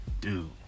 Dude